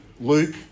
Luke